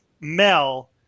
Mel